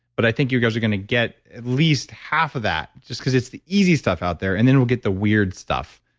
but i think you guys are going to get at least half of that, just because it's the easy stuff out there, and then we'll get the weird stuff,